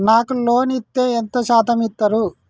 నాకు లోన్ ఇత్తే ఎంత శాతం ఇత్తరు?